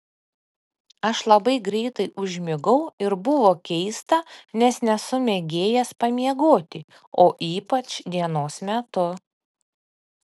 aš labai greitai užmigau ir buvo keista nes nesu mėgėjas pamiegoti o ypač dienos metu